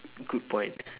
good point